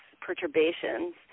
perturbations